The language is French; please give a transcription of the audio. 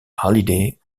hallyday